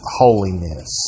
holiness